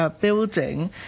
building